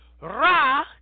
Ra